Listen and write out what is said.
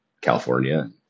California